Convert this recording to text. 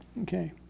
Okay